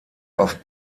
auf